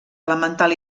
elemental